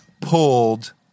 pulled